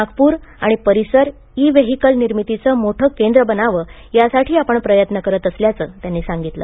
नागपूर आणि परिसर e vehicle निर्मितीचे मोठे केंद्र बनावे यासाठी आपण प्रयत्न करत असल्याचे त्यांनी सांगितले